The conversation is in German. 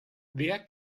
wer